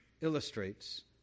illustrates